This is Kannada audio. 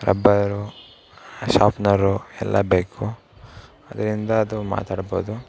ರಬ್ಬರು ಶಾಪ್ನರು ಎಲ್ಲ ಬೇಕು ಆದ್ದರಿಂದ ಅದು ಮಾತಾಡ್ಬೋದು